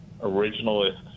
originalist